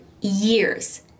years